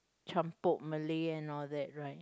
campur Malay and all that right